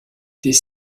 des